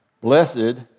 blessed